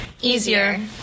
easier